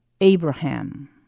Abraham